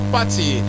Party